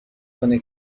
کنه